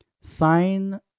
sign